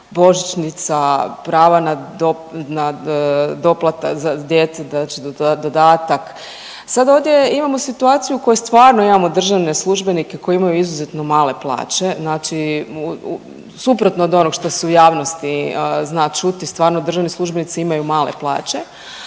božićnica, prava na do…, na doplatak za djecu znači dodatak, sad ovdje imamo situaciju u kojoj stvarno imamo državne službenike koji imaju izuzetno male plaće, znači suprotno od onog što se u javnosti zna čuti, stvarno državni službenici imaju male plaće